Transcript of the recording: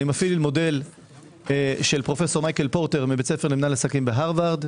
אני מפעיל מודל של פרופ' מייקל פורטר מבית ספר למינהל עסקים בהרווארד.